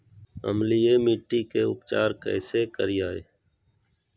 अम्लीय मिट्टी के उपचार कैसे करियाय?